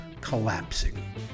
collapsing